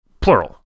Plural